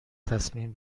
تصمیم